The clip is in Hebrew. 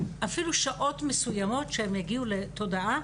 אפילו שעות מסוימות שהם יגיעו לתודעה